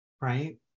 right